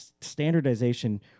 standardization